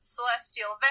Celestial